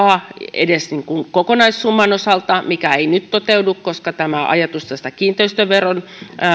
edes kokonaissumman osalta mikä ei nyt toteudu koska ajatus kiinteistöveron